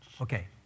Okay